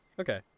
Okay